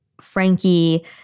Frankie